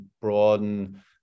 broaden